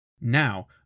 Now